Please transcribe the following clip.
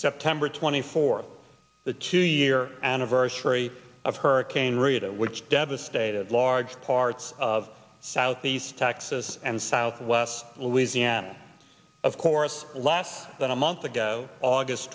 september twenty fourth the two year anniversary of hurricane rita which devastated large parts of southeast texas and southwest louisiana of course less than a month ago august